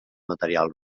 material